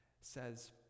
says